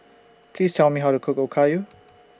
Please Tell Me How to Cook Okayu